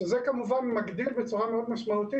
שזה כמובן מגדיל בצורה מאוד משמעותית